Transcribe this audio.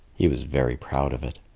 he was very proud of it.